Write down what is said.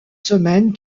semaines